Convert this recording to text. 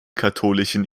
katholischen